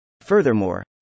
Furthermore